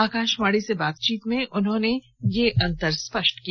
आकाशवाणी से बातचीत में उन्होंने यह अंतर स्पष्ट किया